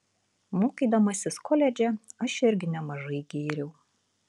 mokydamasis koledže aš irgi nemažai gėriau